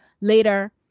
later